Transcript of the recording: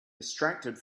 distracted